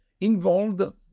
involved